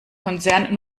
konzern